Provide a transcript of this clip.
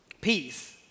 peace